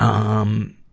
um,